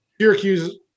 Syracuse –